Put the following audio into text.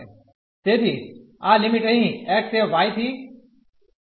તેથી આ લિમિટ અહીં x એ y થી સુધી જાય છે